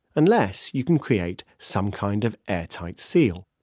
unless you can create some kind of airtight seal